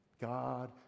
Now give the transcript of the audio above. God